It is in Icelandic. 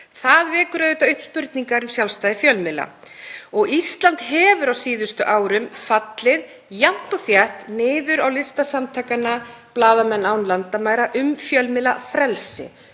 Það vekur auðvitað upp spurningar um sjálfstæði fjölmiðla. Ísland hefur á síðustu árum fallið jafnt og þétt niður á lista samtakanna Blaðamenn án landamæra um fjölmiðlafrelsi,